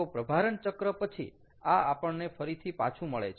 તો પ્રભારણ ચક્ર પછી આ આપણને ફરીથી પાછું મળે છે